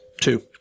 Two